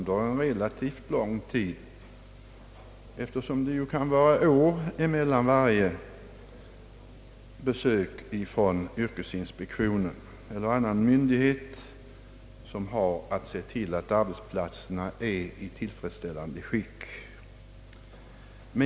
Det kan nämligen dröja år mellan varje besök från yrkesinspektionen eller annan myndighet som har att tillse att arbetsplatsen är i tillfredsställande skick.